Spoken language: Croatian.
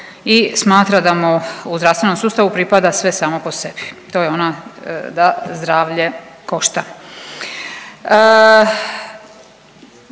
i smatra da mu u zdravstvenom sustavu pripada sve samo po sebi. To je ona da zdravlje košta.